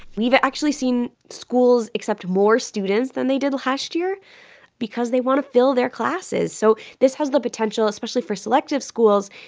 we've actually seen schools accept more students than they did last year because they want to fill their classes. so this has the potential, especially for selective schools,